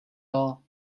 all